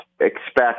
expect